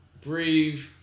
breathe